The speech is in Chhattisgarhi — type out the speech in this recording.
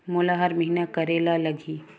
मोला हर महीना करे ल लगही?